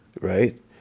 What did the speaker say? right